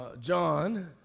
John